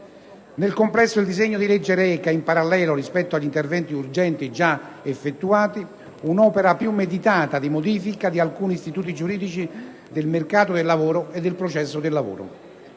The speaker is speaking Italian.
Nel complesso, il disegno di legge reca - in parallelo rispetto agli interventi urgenti già effettuati - un'opera più meditata di modifica di alcuni istituti giuridici del mercato del lavoro e del processo del lavoro.